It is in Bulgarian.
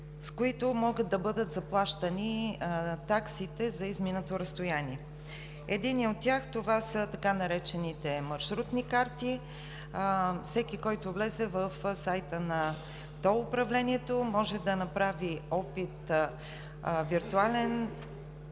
с които могат да бъдат заплащани таксите за изминато разстояние. Единият от тях са така наречените маршрутни карти. Всеки, който влезе в сайта на тол управлението, може да направи виртуален